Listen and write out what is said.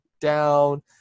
down